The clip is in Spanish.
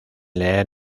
leer